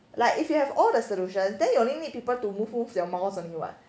like if you have all the solution then you only need people to move move your mouse only [what]